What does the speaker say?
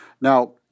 Now